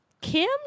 Kim